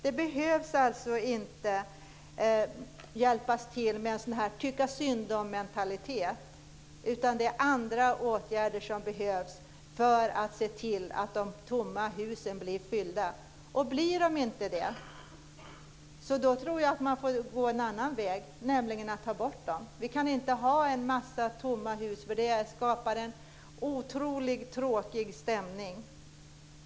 Man behöver alltså inte hjälpa till med en tyckasynd-om-mentalitet, utan det är andra åtgärder som behövs för att man ska se till att de tomma husen blir fyllda. Och om de inte blir det, tror jag att man får gå en annan väg, nämligen att ta bort dem. Vi kan inte ha en massa tomma hus, eftersom det skapar en otroligt tråkig stämning.